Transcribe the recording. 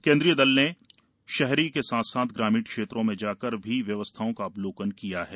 केंद्रीय दल ने शहरी के साथ साथ ग्रामीण क्षेत्रों में जाकर व्यवस्थाओं का अवलोकन भी किया है